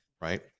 right